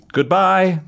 Goodbye